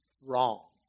wrong